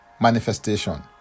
manifestation